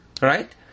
Right